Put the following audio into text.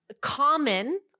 common